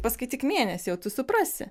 paskaityk mėnesį jau tu suprasi